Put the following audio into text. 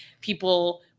people